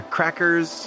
Crackers